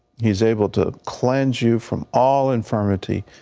he's able to cleanse you from all infirmity,